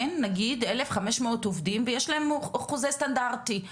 ויש להם חוזה סטנדרטי.